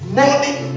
morning